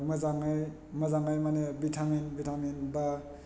मोजाङै मोजाङै मानि भिटामिन भिटामिन बा